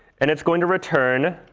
and it's going to return,